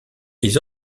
ils